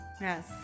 Yes